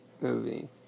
movie